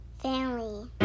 Family